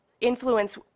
influence